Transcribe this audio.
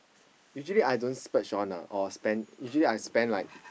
usually I don't splurge on ah or spend usually I spend like